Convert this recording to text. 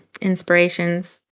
inspirations